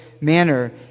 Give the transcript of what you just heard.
manner